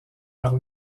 par